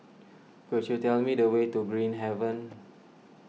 could you tell me the way to Green Haven